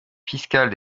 fiscales